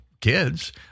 kids